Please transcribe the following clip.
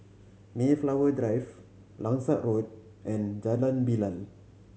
Mayflower Drive Langsat Road and Jalan Bilal